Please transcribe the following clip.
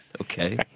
Okay